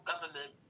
government